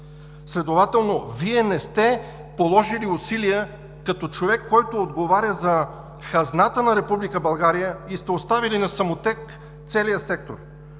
Следователно Вие не сте положили усилия като човек, който отговаря за хазната на Република България, и сте оставили на самотек целия сектор.